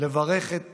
לברך את